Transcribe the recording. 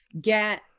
get